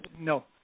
No